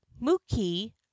Muki